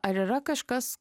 ar yra kažkas